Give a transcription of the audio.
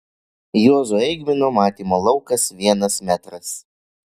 juozo eigmino matymo laukas vienas metras